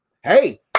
Hey